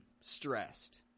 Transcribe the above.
stressed